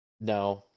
no